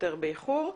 יותר באיחור,